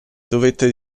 dovette